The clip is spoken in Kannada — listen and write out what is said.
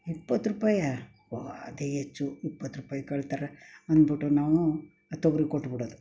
ಇಪ್ಪತ್ರೂಪಾಯಿಯಾ ಓ ಅತಿ ಹೆಚ್ಚು ಇಪ್ಪತ್ರೂಪಾಯಿ ಕೇಳ್ತಾರೆ ಅಂದ್ಬಿಟ್ಟು ನಾವು ತೊಗರಿ ಕೊಟ್ಬಿಡೋದು